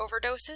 overdoses